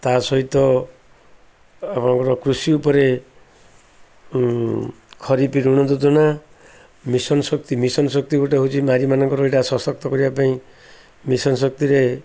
ତା' ସହିତ ଆପଣଙ୍କର କୃଷି ଉପରେ ଖରିଫ ଋଣ ଯୋଜନା ମିଶନ ଶକ୍ତି ମିଶନ ଶକ୍ତି ଗୋଟେ ହେଉଛି ନାରୀ ମାନଙ୍କର ଏଇଟା ସଶକ୍ତ କରିବା ପାଇଁ ମିଶନ ଶକ୍ତିରେ